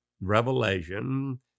Revelation